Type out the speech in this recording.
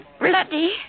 bloody